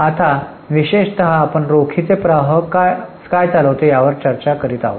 आता विशेषत आपण रोखीचा प्रवाह काय चालवितो यावर चर्चा करीत होतो